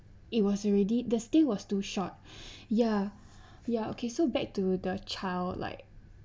it was already the stay was too short ya ya okay so back to the child like